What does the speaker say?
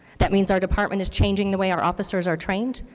that means our department is changing the way our officers are trained.